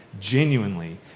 genuinely